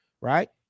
Right